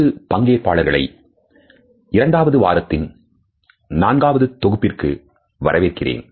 அன்பு பங்கேற்பாளர்களை இரண்டாவது வாரத்தின் நான்காவது தொகுப்பிற்கு வரவேற்கிறேன்